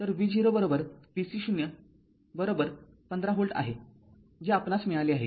तर V0 V C0 १५ volt आहे जे आपणास मिळाले आहे